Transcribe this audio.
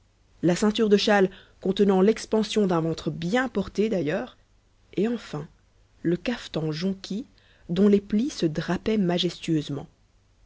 la ceinture de châle contenant l'expansion d'un ventre bien porté d'ailleurs et enfin le cafetan jonquille dont les plis se drapaient majestueusement